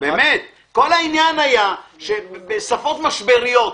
כל העניין היה בשפות משבריות.